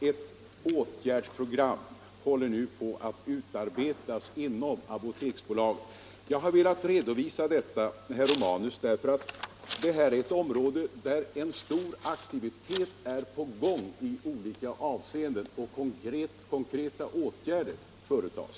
Ett åtgärdsprogram håller nu på att utarbetas inom Apoteksbolaget. Jag har velat redovisa detta, herr Romanus, därför att detta är ett område där en stor aktivitet är på gång i olika avseenden och konkreta åtgärder vidtas.